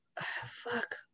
fuck